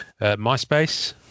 MySpace